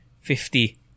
fifty